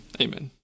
Amen